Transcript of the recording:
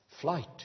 flight